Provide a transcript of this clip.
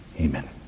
Amen